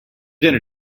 dinner